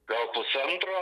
gal pusantro